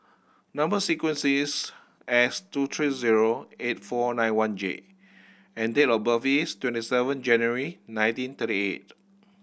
number sequence is S two three zero eight four nine one J and date of birth is twenty seven January nineteen thirty eight